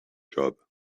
job